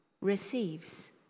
receives